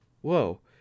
whoa